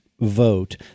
vote